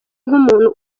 nk’umuntu